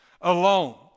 alone